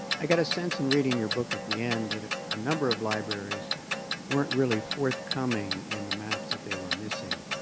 i got a sense in reading your book at the end that a number of libraries weren't really forthcoming in the maps that they were missing.